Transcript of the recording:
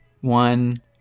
one